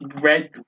red